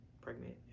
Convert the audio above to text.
pregnant